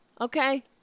okay